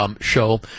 Show